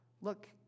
Look